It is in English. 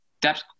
depth